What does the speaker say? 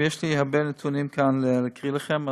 ויש לי הרבה נתונים כאן להקריא לכם,